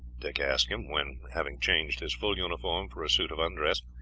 dick asked him, when, having changed his full uniform for a suit of undress,